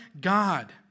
God